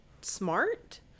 smart